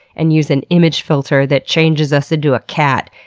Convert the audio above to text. and use an image filter that changes us into a cat,